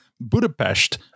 Budapest